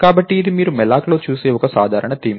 కాబట్టి ఇది మీరు malloc లో చూసే ఒక సాధారణ థీమ్